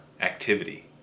activity